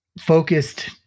focused